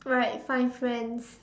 like find friends